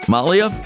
Malia